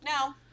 no